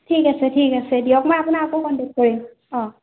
ঠিক আছে ঠিক আছে দিয়ক মই আপোনাক আকৌ কনটেক্ট কৰিম অঁ